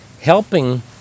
helping